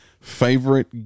Favorite